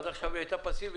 עד עכשיו היא הייתה פסיבית,